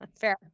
Fair